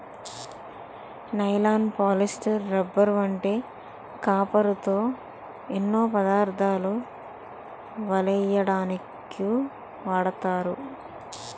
nylon, polyester, rubber వంటి కాపరుతో ఎన్నో పదార్ధాలు వలెయ్యడానికు వాడతారు